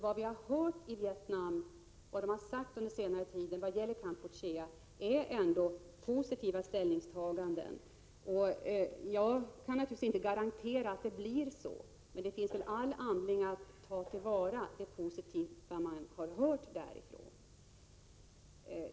Vad vi har hört i Vietnam — vad man där har sagt under senare tid när det gäller Kampuchea — är ändå positiva ställningstaganden. Jag kan naturligtvis inte garantera att det blir så. Men det finns väl all anledning att ta till vara det positiva som man har hört därifrån.